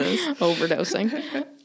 Overdosing